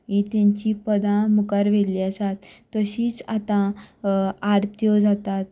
ही तांची पदां मुखार व्हेल्लीं आसा तशीच आतां आरत्यो जातात